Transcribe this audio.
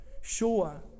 Sure